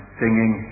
singing